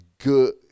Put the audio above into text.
good